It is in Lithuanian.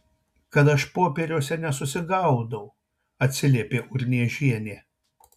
kad aš popieriuose nesusigaudau atsiliepė urniežienė